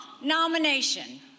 nomination